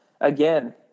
again